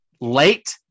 late